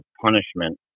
punishment